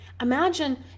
Imagine